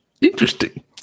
Interesting